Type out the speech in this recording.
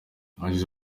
yagize